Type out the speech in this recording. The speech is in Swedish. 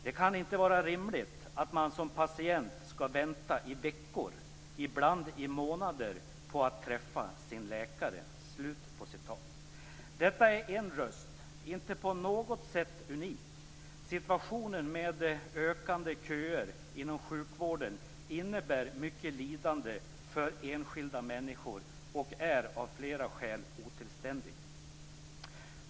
Det kan inte vara rimligt att man som patient skall vänta i veckor, ibland i månader, på att träffa sin läkare." Detta är en röst, inte på något sätt unik. Situationen med ökande köer inom sjukvården innebär mycket lidande för enskilda människor och är av flera skäl otillständig.